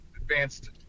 advanced